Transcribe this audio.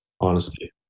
Honesty